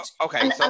Okay